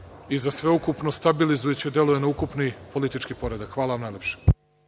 i za sve ukupno stabilizujuće deluje na ukupni politički poredak. Hvala vam najlepše.(Marko